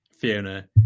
Fiona